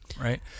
right